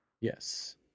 Yes